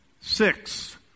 Six